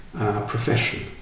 profession